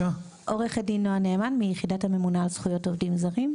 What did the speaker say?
עורכת דין נועה נאמן מיחידת הממונה על זכויות עובדים זרים.